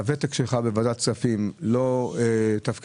הוותק שלך בוועדת הכספים לא תפקידים